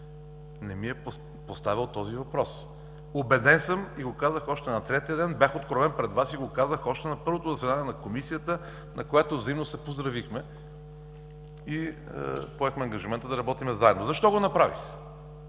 не ми е поставял този въпрос! Убеден съм, и го казах още на третия ден, бях откровен пред Вас, казах го още на първото заседание на Комисията, на която взаимно се поздравихме и поехме ангажимента да работим заедно. Защо го направих?